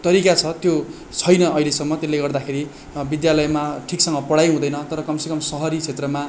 तरिका छ त्यो छैन अहिलेसम्म त्यसले गर्दाखेरि विद्यालयमा ठिकसँग पढाइ हुँदैन तर कमसेकम सहरी क्षेत्रमा